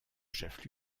chef